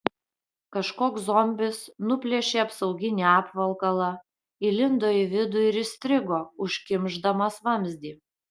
kažkoks zombis nuplėšė apsauginį apvalkalą įlindo į vidų ir įstrigo užkimšdamas vamzdį